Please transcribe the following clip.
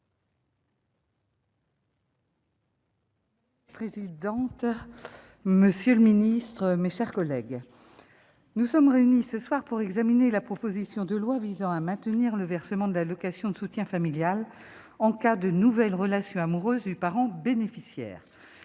collègues. Présidente, monsieur le ministre, mes chers collègues, nous sommes réunis ce soir pour examiner la proposition de loi visant à maintenir le versement de l'allocation de soutien familial en cas de nouvelles relations amoureuses du parent bénéficiaire,